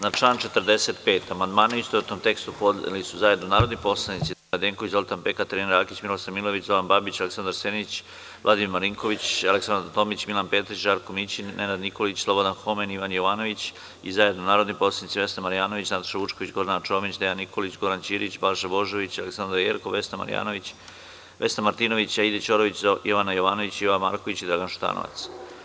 Na član 45. amandmane u istovetnom tekstu, podneli su zajedno narodni poslanici Dejan Radenković, Zolta Pek, Katarina Rakić, Milosav Milojević, Zoran Babić, Aleksandra Senić, prof. dr Vladimir Marinković, dr Aleksandra Tomić, Milan Petrić, Žarko Mićin, Nenad Nikolić, Slobodan Homen i Ivan Jovanović, i zajedno narodni poslanici Vesna Marjanović, Nataša Vučković, Gordana Čomić, Dejan Nikolić, Goran Ćirić, Balša Božović, mr Aleksandra Jerkov, Vesna Martinović, Aida Ćorović, Jovana Jovanović, Jovan Marković i Dragan Šutanovac.